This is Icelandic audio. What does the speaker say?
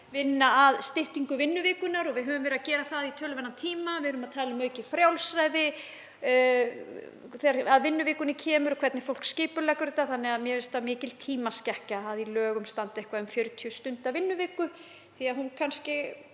vinna að styttingu vinnuvikunnar og við höfum verið að gera það í töluverðan tíma. Við erum að tala um aukið frjálsræði þegar að vinnuvikunni kemur, hvernig fólk skipuleggur þetta, og mér finnst það mikil tímaskekkja að í lögunum standi eitthvað um 40 stunda vinnuviku. Það er stefnt